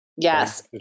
Yes